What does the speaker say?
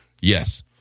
Yes